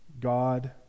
God